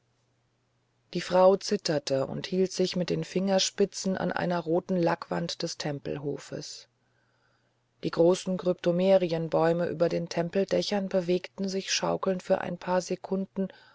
die frau zitterte und hielt sich mit den fingerspitzen an einer roten lackwand des tempelhofes die großen kryptomerienbäume über den tempeldächern bewegten sich schaukelnd für ein paar sekunden